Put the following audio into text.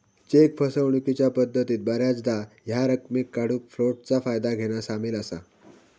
check फसवणूकीच्या पद्धतीत बऱ्याचदा ह्या रकमेक काढूक फ्लोटचा फायदा घेना सामील असा